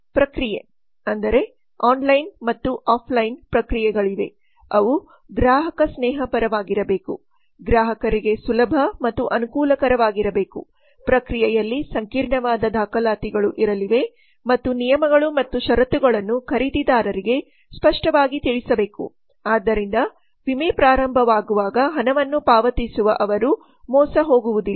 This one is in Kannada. ಪ್ರಕ್ರಿಯೆ ಅಂದರೆ ಆನ್ಲೈನ್ ಮತ್ತು ಆಫ್ಲೈನ್ ಪ್ರಕ್ರಿಯೆಗಳಿವೆಅವು ಗ್ರಾಹಕ ಸ್ನೇಹಪರವಾಗಿರಬೇಕು ಗ್ರಾಹಕರಿಗೆ ಸುಲಭ ಮತ್ತು ಅನುಕೂಲಕರವಾಗಿರಬೇಕು ಪ್ರಕ್ರಿಯೆಯಲ್ಲಿ ಸಂಕೀರ್ಣವಾದ ದಾಖಲಾತಿಗಳು ಇರಲಿವೆ ಮತ್ತು ನಿಯಮಗಳು ಮತ್ತು ಷರತ್ತುಗಳನ್ನು ಖರೀದಿದಾರರಿಗೆ ಸ್ಪಷ್ಟವಾಗಿ ತಿಳಿಸಬೇಕು ಆದ್ದರಿಂದ ವಿಮೆ ಪ್ರಾರಂಭವಾಗುವಾಗ ಹಣವನ್ನು ಪಾವತಿಸುವಾಗ ಅವರು ಮೋಸ ಹೋಗುವುದಿಲ್ಲ